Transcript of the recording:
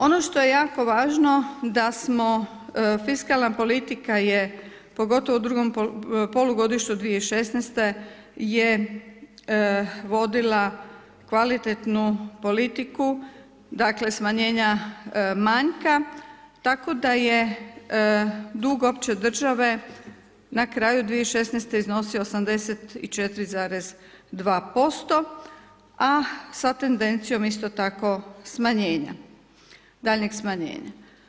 Ono što je jako važno i da smo, fiskalna politika je pogotovo u 2 polugodištu 2016. je vodila kvalitetnu politiku, dakle, smanjenja manjka, tako da je dug opće države, na kraju 2016. iznosio 84,2%, a sa tendencijom isto tako danjeg smanjenja.